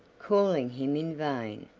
calling him in vain,